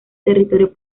territorio